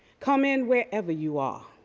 come in wherever you are.